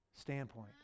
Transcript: standpoint